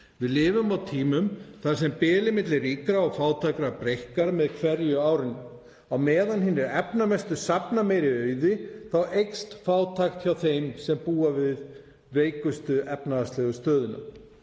Við lifum á tímum þar sem bilið milli ríkra og fátækra breikkar með hverju árinu. Á meðan hinir efnamestu safna meiri auði eykst fátækt hjá þeim sem búa við veikustu efnahagslegu stöðuna.